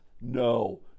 No